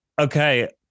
okay